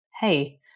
Hey